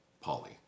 Polly